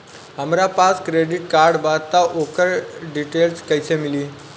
हमरा पास credit card बा त ओकर डिटेल्स कइसे मिली?